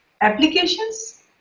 applications